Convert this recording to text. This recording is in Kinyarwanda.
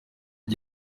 ati